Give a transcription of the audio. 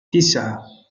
تسعة